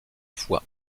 fois